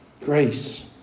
Grace